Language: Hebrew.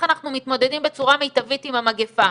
אנחנו מתמודדים בצורה מיטבית עם המגפה,